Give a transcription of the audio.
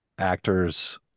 Actors